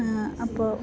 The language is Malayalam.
അപ്പോൾ